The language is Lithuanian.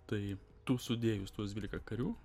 tai tu sudėjus tuos dvylika karių